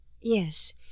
Yes